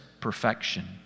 perfection